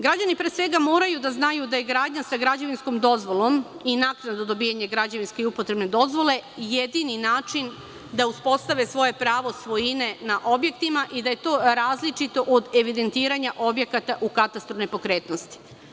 Građani pre svega moraju da znaju da je gradnja sa građevinskom dozvolom i naknada za dobijanje građevinske i upotrebne dozvole jedini način da uspostave svoje pravo svojine na objektima i da je to različito od evidentiranja objekata u katastar nepokretnosti.